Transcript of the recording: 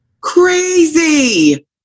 Crazy